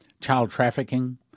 child-trafficking